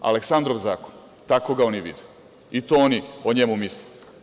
Aleksandrov zakon, tako ga oni vide i to oni o njemu misle.